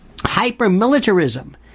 hyper-militarism